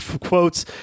quotes